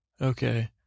Okay